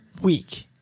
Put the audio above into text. week